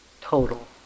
Total